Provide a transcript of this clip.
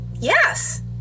Yes